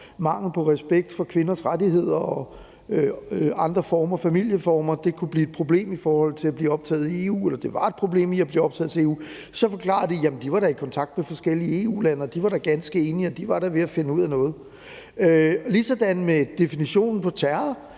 mangel på respekt for kvinders rettigheder og andre familieformer var et problem i forhold til at blive optaget i EU, direkte forklarede, at de da var i kontakt med forskellige EU-lande, og at de da var ganske enige, og at de var ved at finde ud af noget. Og det var ligesådan med definitionen på terror,